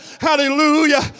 hallelujah